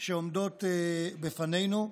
שעומדות בפנינו.